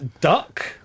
Duck